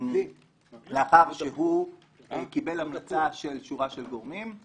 לאחר שהוא קיבל המלצה של שורה של גורמים,